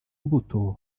imbuto